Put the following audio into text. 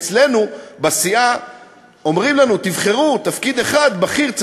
אצלנו בסיעה אומרים לנו: תבחרו תפקיד בכיר אחד,